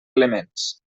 elements